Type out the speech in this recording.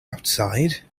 outside